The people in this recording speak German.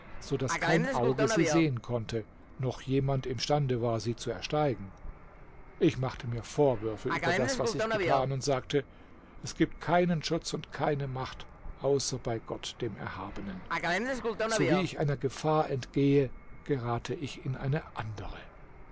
so daß kein auge sie sehen konnte noch jemand imstande war sie zu ersteigen ich machte mir vorwürfe über das was ich getan und sagte es gibt keinen schutz und keine macht außer bei gott dem erhabenen sowie ich einer gefahr entgehe gerate ich in eine andere